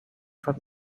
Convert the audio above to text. from